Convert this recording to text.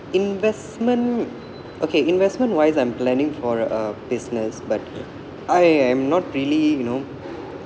investment okay investment wise I'm planning for a business but I am not really you know